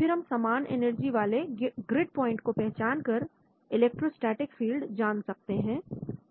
फिर हम समान एनर्जी वाले ग्रिड प्वाइंट को पहचान कर इलेक्ट्रोस्टेटिक फील्ड जान सकते हैं